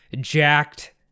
jacked